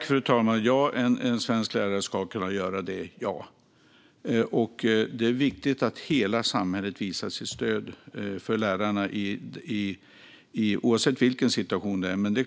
Fru talman! Ja, en svensk lärare ska kunna göra det. Det är viktigt att hela samhället visar sitt stöd för lärarna, oavsett vilken situation det är.